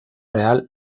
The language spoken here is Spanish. real